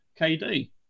KD